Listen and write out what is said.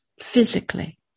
physically